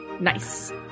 Nice